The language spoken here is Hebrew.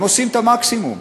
הם עושים את המקסימום.